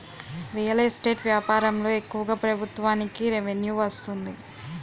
real estate వ్యాపారంలో ఎక్కువగా ప్రభుత్వానికి రెవెన్యూ వస్తుంది